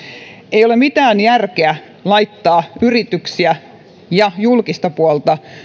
ei ole mitään järkeä laittaa yrityksiä ja julkista puolta